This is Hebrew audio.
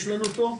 שם יש לנו אותו.